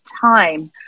time